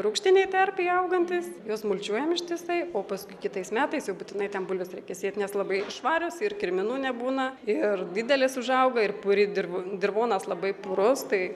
rūgštinėj terpėj augantys juos mulčiuojam ištisai o paskui kitais metais jau būtinai ten bulves reikia sėt nes labai švarios ir kirminų nebūna ir didelės užauga ir puri dirva dirvonas labai purus tai